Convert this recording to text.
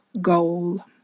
goal